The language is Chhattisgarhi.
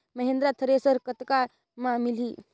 महिंद्रा थ्रेसर कतका म मिलही?